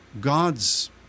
God's